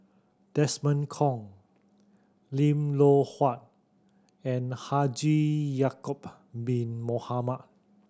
Desmond Kon Lim Loh Huat and Haji Ya'acob Bin Mohamed